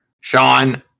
Sean